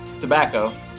Tobacco